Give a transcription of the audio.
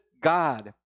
God